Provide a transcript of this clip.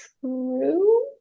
True